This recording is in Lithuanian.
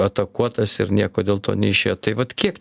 atakuotas ir nieko dėl to neišėjo tai vat kiek